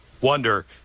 wonder